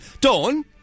Dawn